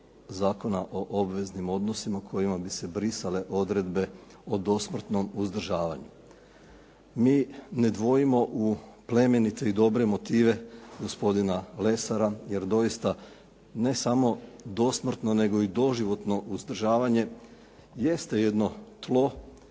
Zakona o obveznim odnosima kojima bi se brisale odredbe o dosmrtnom uzdržavanju. Mi ne dvojimo u plemenite i dobre motive gospodina Lesara jer doista ne samo dosmrtno nego i doživotno uzdržavanje jeste jedno tlo